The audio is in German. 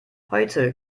heute